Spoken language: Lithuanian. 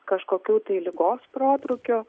kažkokių tai ligos protrūkių